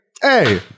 hey